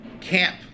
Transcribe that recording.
camp